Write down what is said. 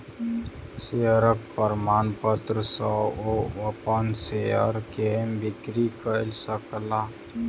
शेयरक प्रमाणपत्र सॅ ओ अपन शेयर के बिक्री कय सकला